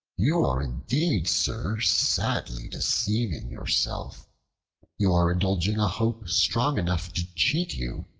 you are indeed, sir, sadly deceiving yourself you are indulging a hope strong enough to cheat you,